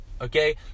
okay